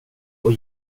och